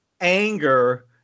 anger